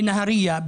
בנהריה,